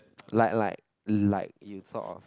like like like you sort of